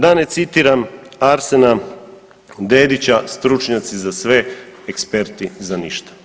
Da ne citiram Arsena Dedića stručnjaci za sve, eksperti za ništa.